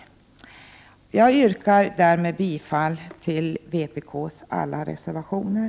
Jag yrkar härmed bifall till vpk:s alla reservationer!